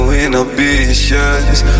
inhibitions